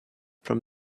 from